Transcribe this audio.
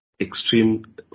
extreme